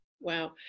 Wow